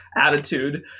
attitude